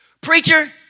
preacher